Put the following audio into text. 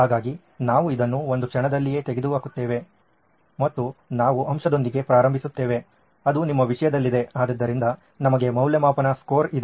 ಹಾಗಾಗಿ ನಾವು ಇದನ್ನು ಒಂದು ಕ್ಷಣದಲ್ಲಿಯೇ ತೆಗೆದುಹಾಕುತ್ತೇವೆ ಮತ್ತು ನಾವು ಅಂಶದೊಂದಿಗೆ ಪ್ರಾರಂಭಿಸುತ್ತೇವೆ ಅದು ನಿಮ್ಮ ವಿಷಯದಲ್ಲಿದೆ ಆದ್ದರಿಂದ ನಮಗೆ ಮೌಲ್ಯಮಾಪನ ಸ್ಕೋರ್ ಇದೆ